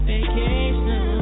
Vacation